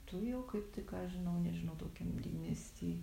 tu jau kaip tai ką aš žinau nežinau tokiam didmiesty